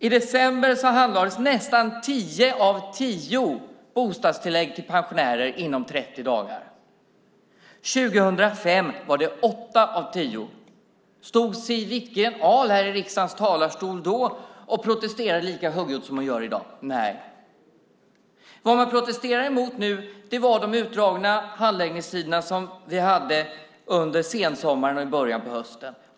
I december handlades nästan tio av tio bostadstillägg till pensionärer inom 30 dagar. År 2005 var det åtta av tio. Stod Siw Wittgren-Ahl här i riksdagens talarstol då och protesterade lika högljutt som hon gör i dag? Nej. Vad man protesterar emot nu är de utdragna handläggningstiderna under sensommaren och i början av hösten.